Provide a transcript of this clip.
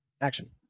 Action